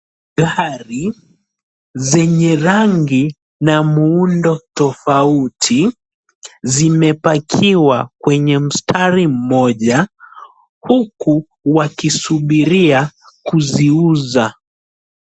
Gari zenye rangi na muundo tofauti zimepakiwa kwenye mstari mmoja huku wakisubiria kuziuza.